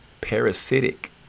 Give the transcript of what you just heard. parasitic